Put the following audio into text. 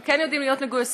הם כן יודעים להיות מגויסים,